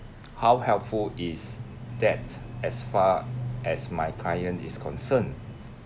how helpful is that as far as my client is concerned